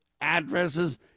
addresses